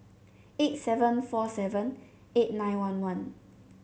eight seven four seven eight nine one one